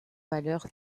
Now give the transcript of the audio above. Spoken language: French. valeur